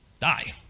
die